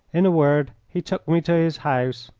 in a word, he took me to his house,